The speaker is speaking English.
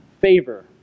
favor